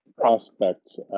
prospects